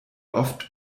oft